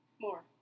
more